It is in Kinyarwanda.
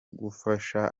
gufasha